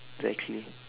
exactly